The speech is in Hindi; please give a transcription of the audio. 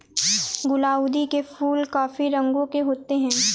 गुलाउदी के फूल काफी रंगों के होते हैं